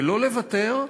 ולא לוותר,